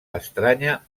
estranya